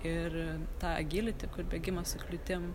ir tą agilitį kur bėgimas su kliūtim